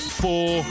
four